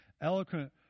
eloquent